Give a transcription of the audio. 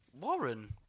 Warren